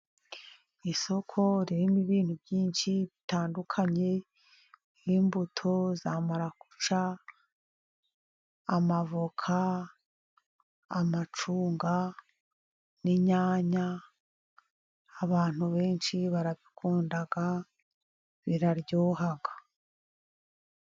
Isoko ririmo ibintu byinshi bitandukanye nk'imbuto za marakuja, amavoka, amacunga n'inyanya abantu benshi barabikunda biraryoha.